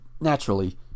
naturally